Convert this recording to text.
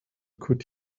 could